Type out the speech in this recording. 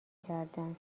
کردن